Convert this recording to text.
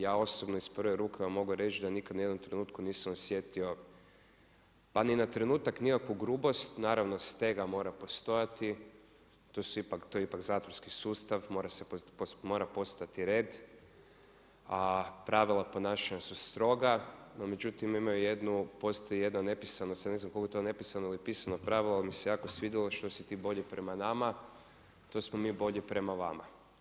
Ja osobno iz prve ruke vam mogu reći da nikad ni u jednom trenutku nisam osjetio pa ni na trenutak nikakvu grubost, naravno stega mora postojati, to je ipak zatvorski sustav, mora postojati red, a pravila ponašanja su stroga, no međutim postoji jedan nepisano, sad ne znam koliko je nepisano ili pisano pravilo, ali mi se jako svidjelo, što si ti bolji prema nama, to smo mi bolji prema vama.